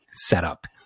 Setup